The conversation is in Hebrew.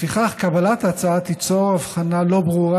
לפיכך קבלת ההצעה תיצור הבחנה לא ברורה